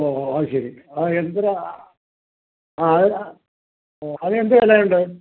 ഓ ഓ അതുശരി അപ്പം എന്തിര ആ ആ അതിനെന്ത് വിലയുണ്ട്